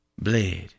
Bled